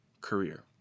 career